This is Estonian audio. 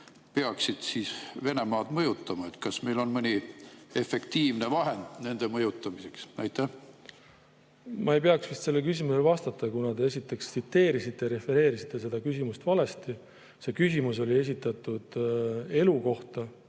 peaksid Venemaad mõjutama. Kas meil on mõni efektiivne vahend nende mõjutamiseks? Ma ei peaks vist sellele küsimusele vastama, kuna te esiteks tsiteerisite, refereerisite seda küsimust valesti. See küsimus oli esitatud elu kohta,